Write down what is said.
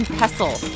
pestle